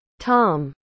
Tom